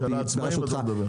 ברשותך --- על העצמאים אתה מדבר?